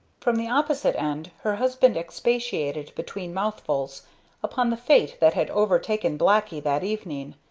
from the opposite end her husband expatiated between mouthfuls upon the fate that had overtaken blacky that evening,